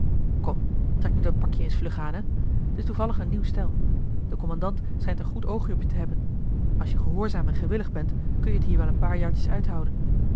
kom trek nu dat pakje eens vlug aan he t is toevallig een nieuw stel de kommandant schijnt een goed oogje op je te hebben als je gehoorzaam en gewillig bent kunt je het hier wel een paar jaartjes uithouden